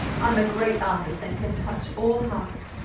i'm a great artist, and can touch all hearts.